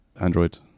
Android